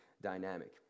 dynamic